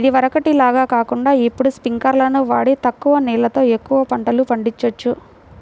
ఇదివరకటి లాగా కాకుండా ఇప్పుడు స్పింకర్లును వాడి తక్కువ నీళ్ళతో ఎక్కువ పంటలు పండిచొచ్చు